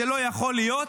זה לא יכול להיות?